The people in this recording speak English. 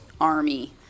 army